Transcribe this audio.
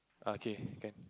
okay can